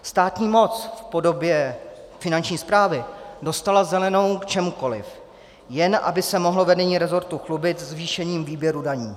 Státní moc v podobě Finanční správy dostala zelenou k čemukoliv, jen aby se mohlo vedení resortu chlubit zvýšením výběru daní.